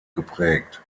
geprägt